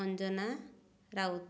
Anjana Raut